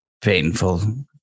painful